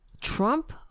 Trump